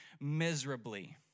miserably